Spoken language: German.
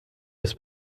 des